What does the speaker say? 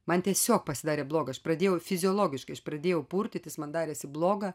man tiesiog pasidarė bloga aš pradėjau fiziologiškai aš pradėjau purtytis man darėsi bloga